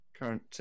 current